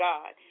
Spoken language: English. God